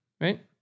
right